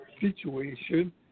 situation